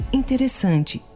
interessante